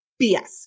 BS